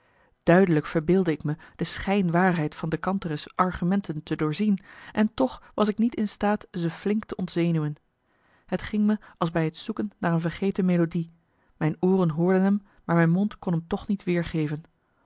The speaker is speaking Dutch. duidelijk verbeeldde ik me de schijnwaarheid van de kantere's argumenten te doorzien en toch was ik niet in staat ze flink te ontzenuwen het ging me als bij het zoeken naar een vergeten melodie mijn ooren hoorden m maar mijn mond kon m toch niet weergeven